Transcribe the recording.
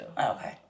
Okay